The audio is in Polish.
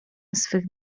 swych